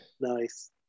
nice